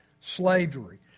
slavery